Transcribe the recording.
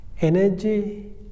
energy